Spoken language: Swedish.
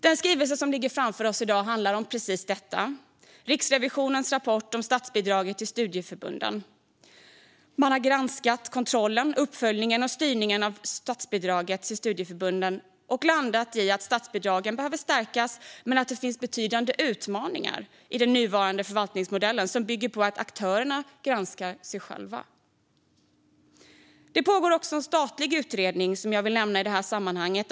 Den skrivelse som i dag ligger på bordet handlar just om Riksrevisionens rapport om statsbidraget till studieförbunden. Man har granskat kontrollen, uppföljningen och styrningen av statsbidragen till studieförbunden och landat i att statsbidragen behöver stärkas men att det finns betydande utmaningar i den nuvarande förvaltningsmodellen som bygger på att aktörerna granskar sig själva. Det pågår också en statlig utredning, som jag vill nämna i detta sammanhang.